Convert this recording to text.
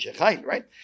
right